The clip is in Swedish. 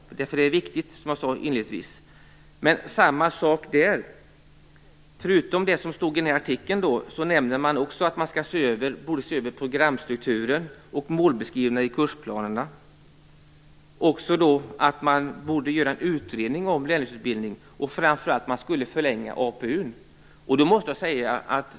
Det är, som jag sade inledningsvis, viktigt. Men samma sak gäller där. Utöver det som stod i artikeln, nämnde man i planen också att man borde se över programstrukturen och målbeskrivningarna i kursplanerna, och att man borde göra en utredning om lärlingsutbildningen och att man skulle förlänga APU:n.